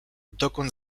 dokąd